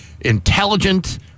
intelligent